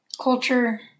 culture